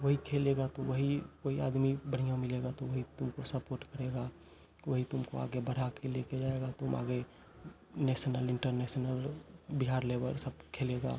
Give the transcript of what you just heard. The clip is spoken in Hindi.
वही खेलेगा वो वही वही आदमी बढ़िया मिलेगा तो वही तुमको सपोर्ट करेगा वही तुमको आगे बढ़ा के ले के जाएगा तुम आगे नेशनल इंटरनेशनल बिहार लेबल सब खेलेगा